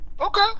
Okay